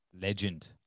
Legend